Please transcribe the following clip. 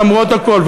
למרות הכול,